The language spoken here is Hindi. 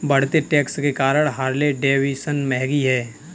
बढ़ते टैक्स के कारण हार्ले डेविडसन महंगी हैं